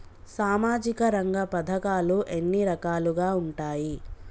సామాజిక రంగ పథకాలు ఎన్ని రకాలుగా ఉంటాయి?